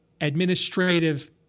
administrative